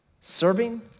serving